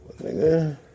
Nigga